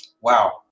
Wow